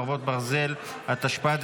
חרבות ברזל) (תיקון מס'